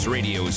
Radio